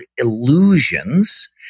illusions